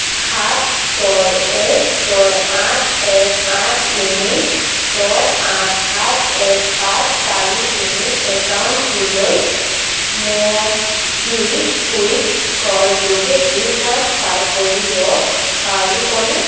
সাত ছয় এক ছয় আঠ এক আঠ তিনি ছয় আঠ সাত এক পাঁচ চাৰি তিনি একাউণ্টটোলৈ ম'বিকুইকৰ যোগেদি ট্ৰাঞ্চফাৰ কৰিব পাৰিবনে